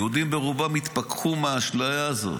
היהודים ברובם התפכחו מהאשליה הזאת,